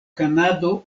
kanado